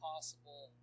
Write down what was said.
possible